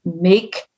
make